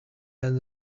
and